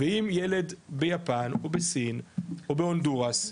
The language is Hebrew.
ואם ילד ביפן, או בסין, או בהונדורס,